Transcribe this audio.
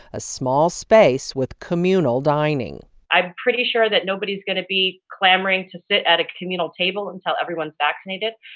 a small space with communal dining i'm pretty sure that nobody's going to be clamoring to sit at a communal table until everyone's vaccinated.